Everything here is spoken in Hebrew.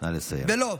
ולא,